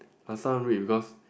last time read because